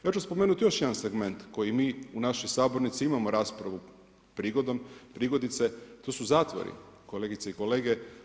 Ja ću spomenuti još jedan segment, koji mi u našoj sabornici, imamo raspravu prigodice, to su zatvori, kolegice i kolege.